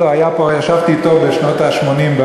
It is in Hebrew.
ישבתי אתו בשנות ה-80,